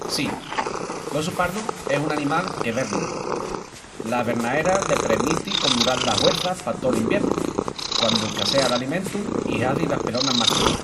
Sí, l'ossu pardu es un animal qu'everna. La evernaera le premiti condural las huerças pa tol iviernu, quandu escassea l'alimentu i hazin las pelonas más crúas.